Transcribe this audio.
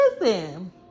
listen